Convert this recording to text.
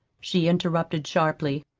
she interrupted sharply.